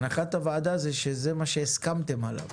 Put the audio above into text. הנחת הוועדה היא שזה מה שהסכמתם עליו.